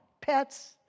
pets